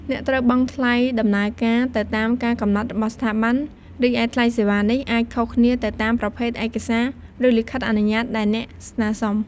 អ្នកត្រូវបង់ថ្លៃដំណើរការ ទៅតាមការកំណត់របស់ស្ថាប័ន រីឯថ្លៃសេវានេះអាចខុសគ្នាទៅតាមប្រភេទឯកសារ ឬលិខិតអនុញ្ញាតដែលអ្នកស្នើសុំ។